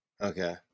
Okay